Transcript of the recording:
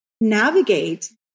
navigate